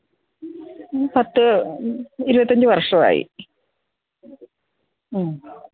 ഈ പത്ത് ഇരുപത്തിയഞ്ച് വര്ഷമായി ആ